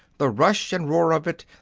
the rush and roar of it,